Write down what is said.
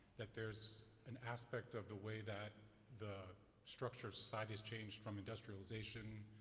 that there's an aspect of the way that the structures side has changed from industrialization,